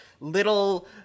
little